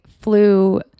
flew